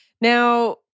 Now